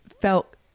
felt